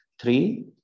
Three